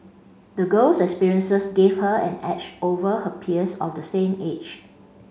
the girl's experiences gave her an edge over her peers of the same age